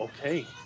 Okay